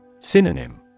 Synonym